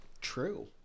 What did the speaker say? true